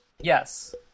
Yes